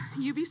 UBC